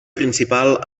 principal